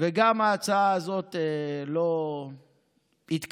וגם ההצעה הזאת לא התקבלה.